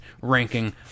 ranking